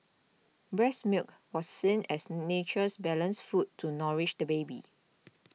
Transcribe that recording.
breast milk was seen as nature's balanced food to nourish the baby